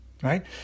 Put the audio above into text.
right